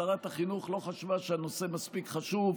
שרת החינוך לא חשבה שהנושא מספיק חשוב,